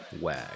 WAG